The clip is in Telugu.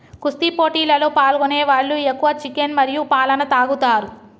కుస్తీ పోటీలలో పాల్గొనే వాళ్ళు ఎక్కువ చికెన్ మరియు పాలన తాగుతారు